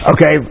Okay